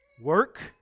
Work